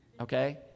okay